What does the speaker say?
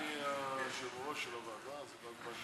שלוש דקות.